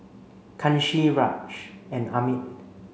Kanshi Raj and Amit